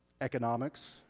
economics